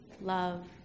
love